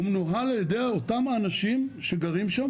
הוא מנוהל על ידי אותם האנשים שגרים שם